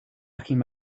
blocking